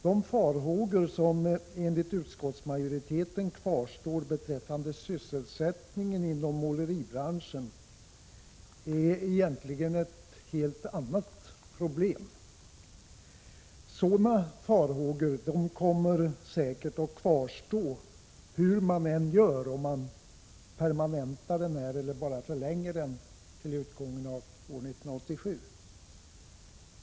De farhågor som enligt utskottsmajoriteten kvarstår beträffande sysselsättningen inom måleribranschen är egentligen ett helt annat problem. 59 Sådana farhågor kommer säkert att kvarstå hur man än gör — om man permanentar denna bestämmelse eller bara förlänger den till utgången av år 1987.